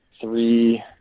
three